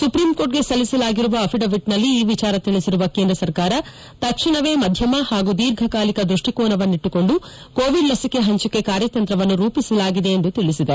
ಸುಪ್ರೀಂಕೋರ್ಟ್ಗೆ ಸಲ್ಲಿಸಲಾಗಿರುವ ಅಭಿಡವಿಟ್ನಲ್ಲಿ ಈ ವಿಚಾರ ತಿಳಿಸಿರುವ ಕೇಂದ್ರ ಸರ್ಕಾರ ತಕ್ಷಣವೇ ಮಧ್ಯಮ ಹಾಗೂ ದೀರ್ಘಕಾಲಿಕ ದೃಷ್ಟಿಕೋನವನ್ನಿಟ್ಲುಕೊಂಡು ಕೋವಿಡ್ ಲಸಿಕೆ ಹಂಚಿಕೆ ಕಾರ್ಯತಂತ್ರವನ್ನು ರೂಪಿಸಲಾಗಿದೆ ಎಂದು ತಿಳಿಸಿದೆ